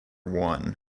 one